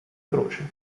croce